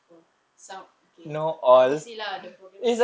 oh sound okay obviously lah the programme